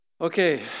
Okay